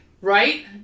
Right